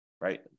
right